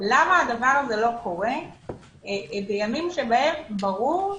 למה הדבר הזה לא קורה בימים שבהם ברור,